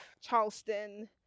charleston